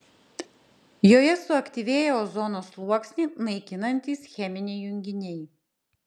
joje suaktyvėja ozono sluoksnį naikinantys cheminiai junginiai